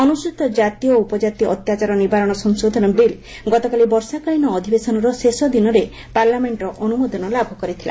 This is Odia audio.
ଅନୁସ୍ଚୀତ କାତି ଓ ଉପଜାତି ଅତ୍ୟାଚାର ନିବାରଣ ସଂଶୋଧନ ବିଲ୍ ଗତକାଲି ବର୍ଷାକାଳିନ ଅଧିବେଶନର ଶେଷ ଦିନରେ ପାର୍ଲାମେଣ୍ଟର ଅନୁମୋଦନ ଲାଭ କରିଥିଲା